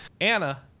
anna